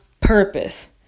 Purpose